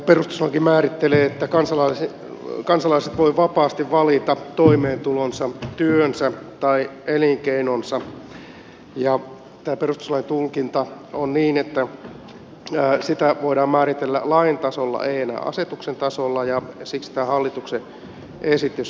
perustuslaki määrittelee että kansalaiset voivat vapaasti valita toimeentulonsa työnsä tai elinkeinonsa ja tämä perustuslain tulkinta on niin että sitä voidaan määritellä lain tasolla ei enää asetuksen tasolla ja siksi tämä hallituksen esitys on annettu